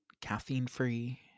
caffeine-free